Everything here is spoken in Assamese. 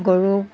গৰুক